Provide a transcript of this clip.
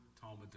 Talmud